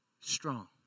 strong